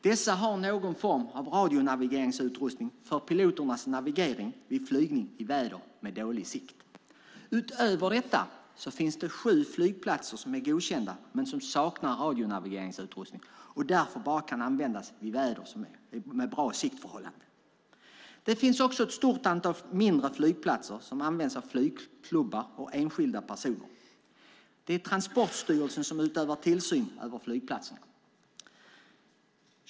Dessa har någon form av radionavigeringsutrustning för piloternas navigering vid flygning i väder med dålig sikt. Utöver dessa finns det sju flygplatser som är godkända men som saknar radionavigeringsutrustning och därför bara kan användas vid väder med bra siktförhållanden. Det finns också ett stort antal mindre flygplatser som används av flygklubbar och enskilda personer. Det är Transportstyrelsen som utövar tillsyn över flygplatserna.